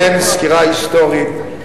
אני נותן סקירה היסטורית.